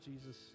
Jesus